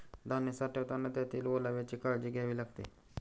धान्य साठवताना त्यातील ओलाव्याची काळजी घ्यावी लागते